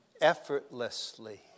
effortlessly